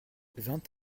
vingt